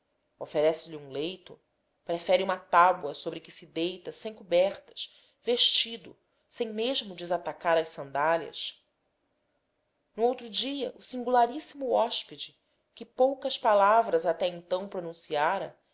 oferece lhe um leito prefere uma tábua sobre que se deita sem cobertas vestido sem mesmo desatacar as sandálias no outro dia o singularíssimo hóspede que poucas palavras até então pronunciara